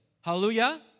Hallelujah